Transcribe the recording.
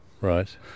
Right